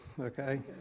okay